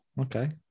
okay